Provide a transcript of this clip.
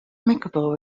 amicable